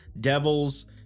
devils